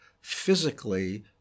physically